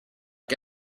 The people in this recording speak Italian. che